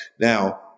Now